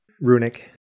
Runic